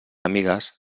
amigues